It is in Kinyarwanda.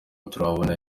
turabona